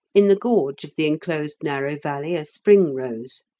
in the gorge of the enclosed narrow valley a spring rose.